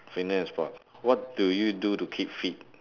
fitness is what what do you do to keep fit